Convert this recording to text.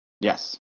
Yes